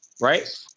right